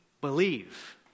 believe